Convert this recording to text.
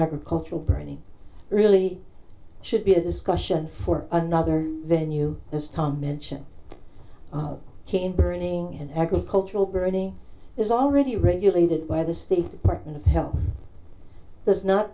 agricultural burning really should be a discussion for another venue as tom mentioned chain burning and agricultural burning is already regulated by the state department of health does not